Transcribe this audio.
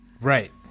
Right